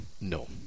no